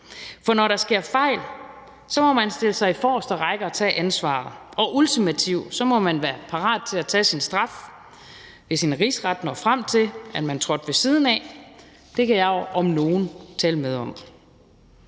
For når der sker fejl, må man stille sig i forreste række og tage ansvaret, og ultimativt må man være parat til at tage sin straf, hvis en rigsret når frem til, at man trådte ved siden af. Det kan jeg jo om nogen tale med om.